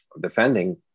defending